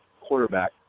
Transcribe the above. quarterback